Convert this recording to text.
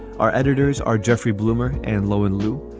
our editors are jeffrey bloomer and lo and lou.